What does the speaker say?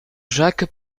jacques